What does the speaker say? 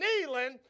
kneeling